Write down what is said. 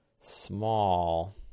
small